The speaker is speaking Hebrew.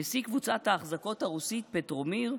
נשיא קבוצת האחזקות הרוסית פטרומיר,